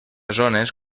zones